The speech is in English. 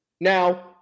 Now